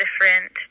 different